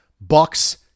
Bucks